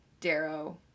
darrow